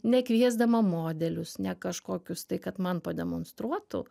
ne kviesdama modelius ne kažkokius tai kad man pademonstruotų